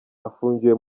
afungiwe